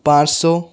پانچ سو